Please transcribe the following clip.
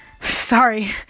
Sorry